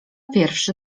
pierwszy